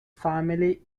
family